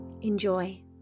enjoy